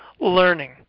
learning